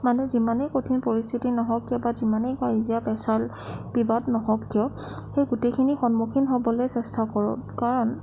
মানুহ যিমানেই কঠিন পৰিস্থিতি নহওক কিয় বা যিমানেই কাজিয়া পেচাল বিবাদ নহওক কিয় সেই গোটেইখিনিৰ সন্মুখীন হ'বলৈ চেষ্টা কৰক কাৰণ